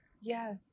Yes